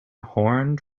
horned